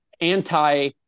anti-